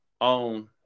on